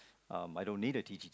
um I don't need a T_T_T